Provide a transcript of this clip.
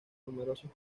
numerosos